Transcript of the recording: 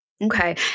Okay